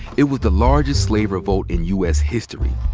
it was the largest slave revolt in u. s. history.